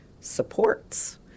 supports